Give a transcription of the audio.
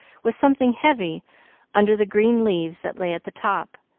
with something heavy under the green leaves that lay at the top.